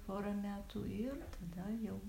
pora metų ir tada jau